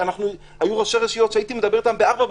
היו ראשי רשויות שהייתי מדבר איתם ב-04:00